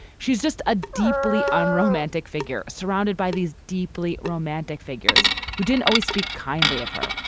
she's just a deeply unromantic figure, surrounded by these deeply romantic figures who didn't always speak kindly of her.